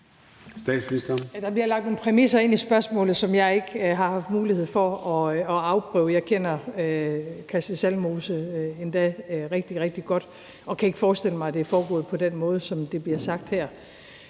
Der bliver lagt nogle præmisser ind i spørgsmålet, som jeg ikke har haft mulighed for at afprøve. Jeg kender Christel Schaldemose endda rigtig, rigtig godt og kan ikke forestille mig, at det er foregået på den måde, som det bliver sagt her.